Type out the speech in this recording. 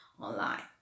online